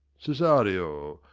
cesario,